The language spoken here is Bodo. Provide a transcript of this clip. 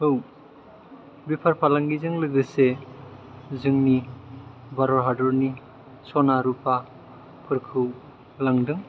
बेफार फालांगिजों लोगोसे जोंनि भारत हादरनि जोंनि सना रुफा फोरखौ लांदों